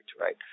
right